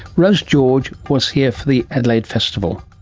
rose george was here for the adelaide festival.